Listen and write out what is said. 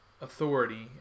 authority